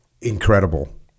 incredible